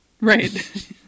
Right